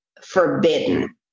forbidden